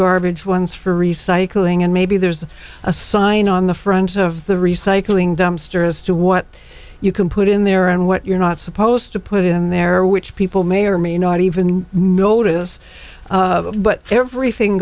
garbage ones for recycling and maybe there's a sign on the front of the recycling dumpster as to what you can put in there and what you're not supposed to put in there which people may or may not even notice but everything